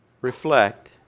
reflect